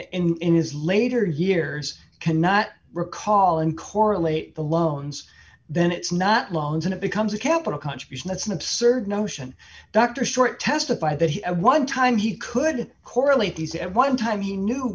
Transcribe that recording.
loans in his later years cannot recall and correlate the loans then it's not loans and it becomes a capital contribution that's an absurd notion dr short testify that one time he could correlate these at one time he knew